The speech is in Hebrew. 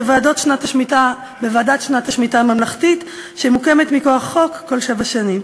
בוועדת שנת השמיטה הממלכתית שמוקמת מכוח חוק כל שבע שנים.